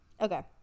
Okay